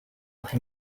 him